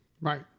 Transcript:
Right